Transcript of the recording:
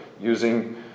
using